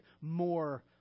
more